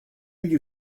you